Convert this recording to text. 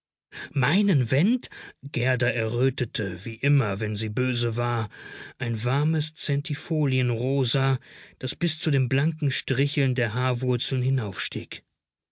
meinen went gerda errötete wie immer wenn sie böse war ein warmes zentifolienrosa das bis zu den blanken stricheln der haarwurzeln hinaufstieg